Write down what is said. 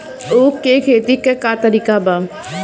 उख के खेती का तरीका का बा?